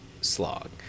slog